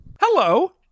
Hello